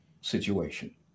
situation